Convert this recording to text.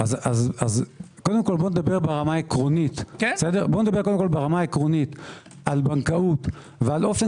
קודם כל נדבר ברמה העקרונית על בנקאות ועל אופן